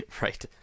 Right